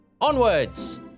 onwards